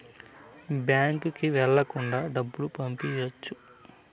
బ్యాంకుకి వెళ్ళకుండా డబ్బులు పంపియ్యొచ్చు